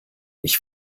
ich